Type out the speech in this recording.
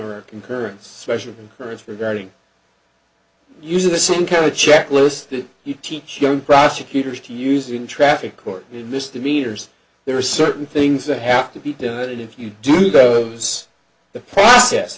a concurrent special concurrence regarding use of the same kind of checklist that you teach young prosecutors to using traffic court misdemeanors there are certain things that have to be done and if you do need those the process